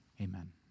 Amen